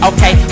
Okay